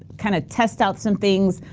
kind of test out some things.